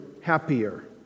happier